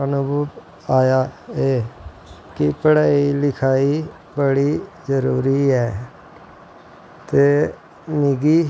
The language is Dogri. अनुभव आया ऐ कि पढ़ाई लखाई बड़ी जरूरी ऐ ते मिगी